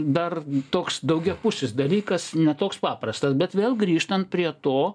dar toks daugiapusis dalykas ne toks paprastas bet vėl grįžtant prie to